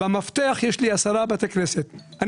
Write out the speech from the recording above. במפתח יש לי 10 בתי כנסת.